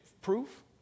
Proof